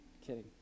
kidding